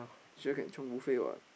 sure can chiong buffet [what]